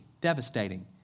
Devastating